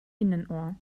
innenohr